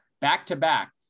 back-to-back